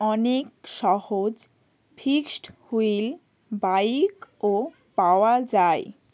অনেক সহজ fixed wheel বাইকও পাওয়া যায়